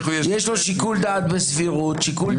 יש לו שיקול דעת בסבירות, שיקול דעת במידתיות.